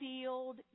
sealed